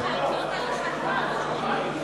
להעביר